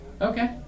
Okay